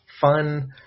fun